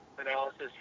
analysis